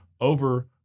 over